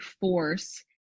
force